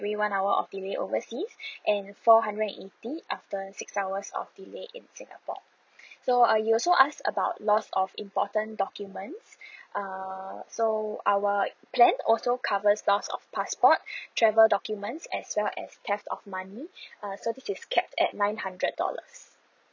every one hour of delay overseas and four hundred and eighty after six hours of delay in singapore so uh you also ask about loss of important documents err so our plan also covers loss of passport travel documents as well as theft of money uh so this is capped at nine hundred dollars